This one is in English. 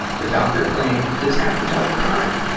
the doctor claimed, this happens all the time.